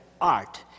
art